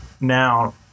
now